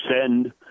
send